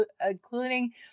including